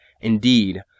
Indeed